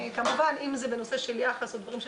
כמובן אם זה בנושא של יחס או דברים של